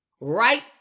Right